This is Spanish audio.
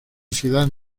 ciudad